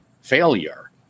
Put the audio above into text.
failure